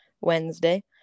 wednesday